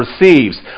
receives